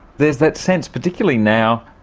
there's that sense, particularly now,